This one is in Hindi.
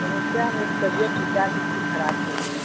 समस्या मेरी तबीयत दो चार दिन से खराब चल रही है